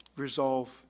resolve